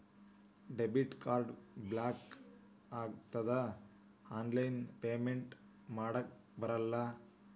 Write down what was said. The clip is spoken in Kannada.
ಡೆಬಿಟ್ ಕಾರ್ಡ್ ಬ್ಲಾಕ್ ಆಯ್ತಂದ್ರ ಆನ್ಲೈನ್ ಪೇಮೆಂಟ್ ಮಾಡಾಕಬರಲ್ಲ